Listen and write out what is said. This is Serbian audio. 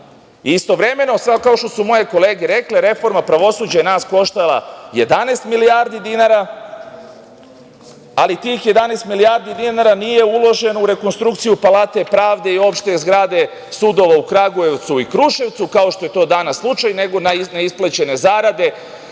odgovaraju. Istovremeno, kao što su moje kolege rekle, reforma pravosuđa nas je koštala 11 milijardi dinara, ali tih 11 milijardi dinara nije uloženo u rekonstrukciju Palate pravde i opšte zgrade sudova u Kragujevcu i Kruševcu, kao što je to danas slučaj, nego na isplaćene zarade,